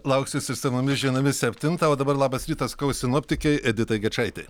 lauksiu su išsamiomis žiniomis septintą o dabar labas rytas sakau sinoptikei editai gečaitei